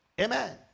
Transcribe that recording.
Amen